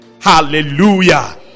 Hallelujah